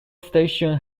station